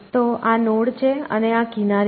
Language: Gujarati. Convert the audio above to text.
તો આ નોડ છે અને આ કિનારી છે